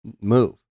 move